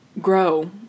grow